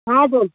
हजुर